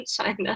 China